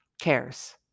cares